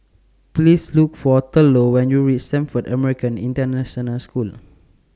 Please Look For Thurlow when YOU REACH Stamford American International School